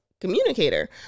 communicator